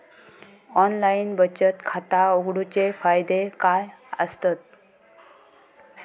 Online बचत खाता उघडूचे फायदे काय आसत?